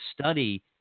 study